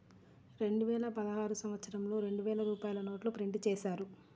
రెండువేల పదహారు సంవత్సరంలో రెండు వేల రూపాయల నోట్లు ప్రింటు చేశారు